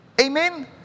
Amen